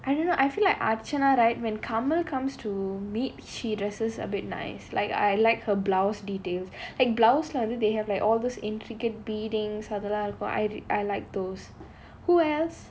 I don't know I feel like archana right when kamal comes to meet she dresses a bit nice like I like her blouse details like blouse lah you know they have like all those intricate beadings அப்புறம்:appuram I I like those who else